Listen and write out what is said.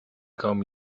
comb